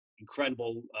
incredible